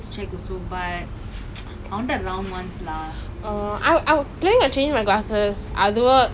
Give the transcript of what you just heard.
so like ஒன்னு வாங்குனா ஒன்னு:onnu vaanguna onnu free now I'm wearing the black [one] at home I got the gold [one] but when I wear gold right I look like பாட்டி:paati dah